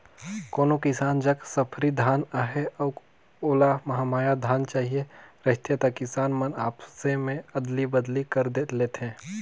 कोनो किसान जग सफरी धान अहे अउ ओला महमाया धान चहिए रहथे त किसान मन आपसे में अदली बदली कर लेथे